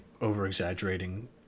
over-exaggerating